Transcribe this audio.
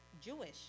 Jewish